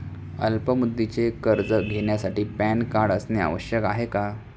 अल्प मुदतीचे कर्ज घेण्यासाठी पॅन कार्ड असणे आवश्यक आहे का?